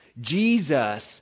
Jesus